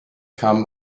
kamen